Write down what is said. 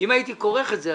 אם הייתי כורך את זה,